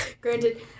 Granted